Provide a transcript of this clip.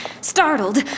Startled